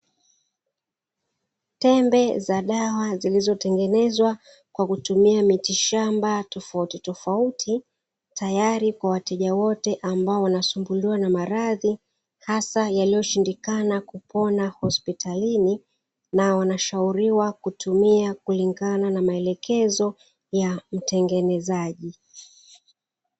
Tembe za dawa zilizotengenezwa kwa kutumia miti shamba tofautitofauti, tayari kwa wateja wote ambao wanasumbuliwa na maradhi hasa yaliyoshindikana kupona hospitalini, na wanashauriwa kutumia kulingana na maelekezo ya mtengenezaji.